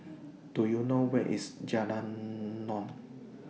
Do YOU know Where IS Jalan Naung